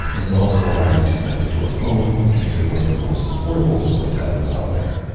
and it also allows you to connect it to a phone, which makes it one of the most portable display tablets out there.